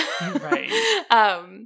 Right